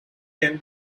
can